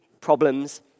problems